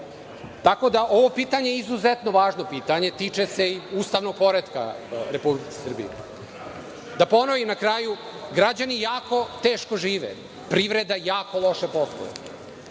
Tako da je ovo pitanje izuzetno važno pitanje, tiče se i ustavnog poretka u Republici Srbiji. Da ponovim na kraju, građani jako teško žive, privreda jako loše posluje,